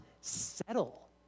settle